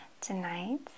Tonight